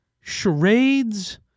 charades